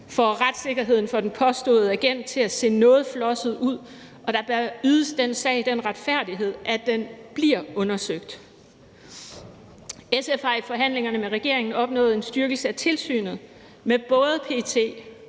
får retssikkerheden for den påståede agent til at se noget flosset ud, og der bør ydes den sag den retfærdighed, at den bliver undersøgt. SF har i forhandlingerne med regeringen opnået en styrkelse af tilsynet med både PET